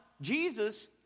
Jesus